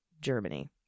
Germany